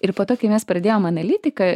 ir po to kai mes pradėjom analitiką